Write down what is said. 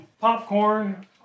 popcorn